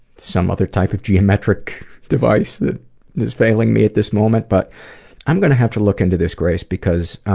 some other type of geometric device that is failing me at this moment but i'm going to have to look into this grace because